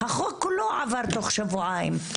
החוק הוא לא עבר תוך שבועיים,